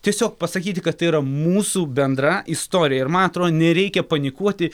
tiesiog pasakyti kad tai yra mūsų bendra istorija ir man atrodo nereikia panikuoti